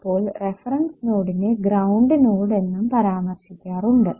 ചിലപ്പോൾ റഫറൻസ് നോഡിനെ ground node എന്നും പരാമർശിക്കാറുണ്ട്